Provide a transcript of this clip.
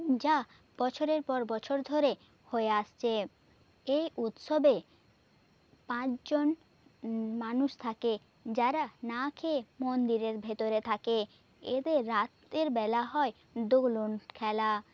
যা বছরের পর বছর ধরে হয়ে আসছে এই উৎসবে পাঁচ জন মানুষ থাকে যারা না খেয়ে মন্দিরের ভেতরে থাকে এদের রাতেরবেলা হয় দোলন খেলা